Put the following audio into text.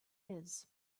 his